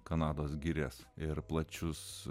kanados girias ir plačius